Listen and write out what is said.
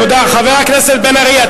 תודה, חבר הכנסת בן-ארי.